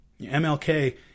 MLK